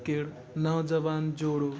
केरु नौजवान जोड़ो